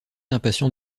impatient